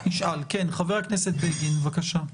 חבר הכנסת בגין, בבקשה.